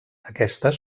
aquestes